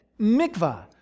mikvah